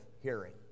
hearing